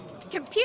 Computer